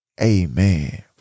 Amen